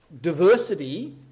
diversity